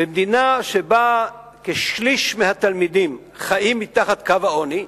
במדינה שבה כשליש מהתלמידים חיים מתחת קו העוני,